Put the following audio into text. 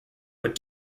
would